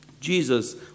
Jesus